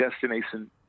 destination